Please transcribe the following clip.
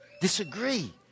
Disagree